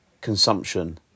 consumption